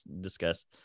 discuss